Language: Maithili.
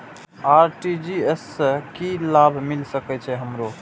आर.टी.जी.एस से की लाभ मिल सके छे हमरो?